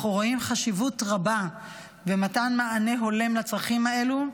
אנחנו רואים חשיבות רבה במתן מענה הולם לצרכים האלו,